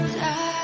die